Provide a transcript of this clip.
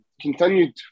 continued